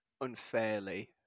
unfairly